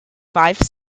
five